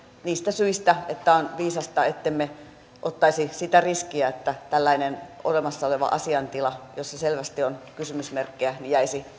niistä syistä että on viisasta ettemme ottaisi sitä riskiä että tällaisen olemassa olevan asiantilan jossa selvästi on kysymysmerkkejä perustuslainmukaisuus jäisi